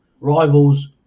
Rivals